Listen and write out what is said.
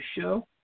show